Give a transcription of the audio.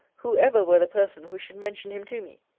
whoever were the person who should mention him to me.